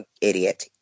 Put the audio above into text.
Idiot